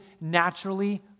naturally